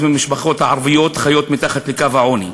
מהמשפחות הערביות חיות מתחת לקו העוני.